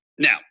Now